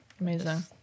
Amazing